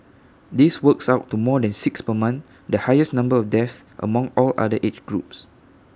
this works out to more than six per month the highest number of deaths among all other age groups